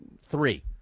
three